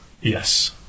Yes